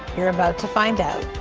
you are about to find out.